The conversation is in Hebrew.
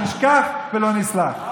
לא נשכח ולא נסלח.